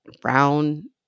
brown